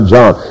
John